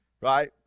right